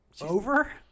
Over